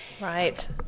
Right